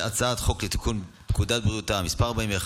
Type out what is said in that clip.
אנחנו נעבור להצבעה על הצעת חוק לתיקון פקודת בריאות העם (מס' 41),